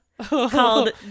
Called